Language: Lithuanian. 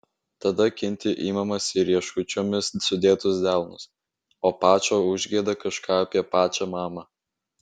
tada kinti imamas į rieškučiomis sudėtus delnus o pačo užgieda kažką apie pačą mamą